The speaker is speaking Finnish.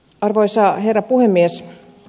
arvoisa herra puhemies